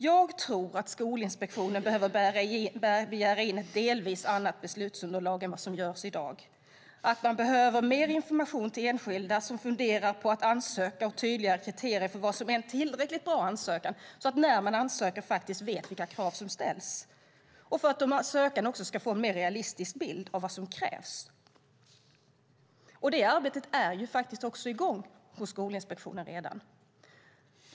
Jag tror att Skolinspektionen behöver begära in ett delvis annat beslutsunderlag än vad som görs i dag. Det behövs mer information till enskilda som funderar på att ansöka och tydligare kriterier för vad som är en tillräckligt bra ansökan, så att man när man ansöker faktiskt vet vilka krav som ställs och så att de sökande får en mer realistisk bild av vad som krävs. Det arbetet är faktiskt också redan i gång hos Skolinspektionen.